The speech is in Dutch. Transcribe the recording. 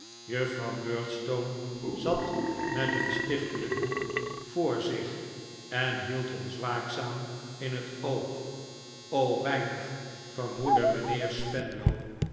juffrouw murdstone zat met een stichtelijk boek voor zich en hield ons waakzaam in het oog o weinig vermoedde mijnheer spenlow